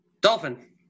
Dolphin